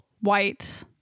white